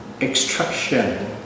extraction